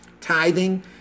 tithing